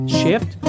shift